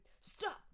stop